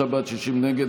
53 בעד, 60 נגד.